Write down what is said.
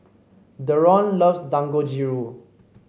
Deron loves Dangojiru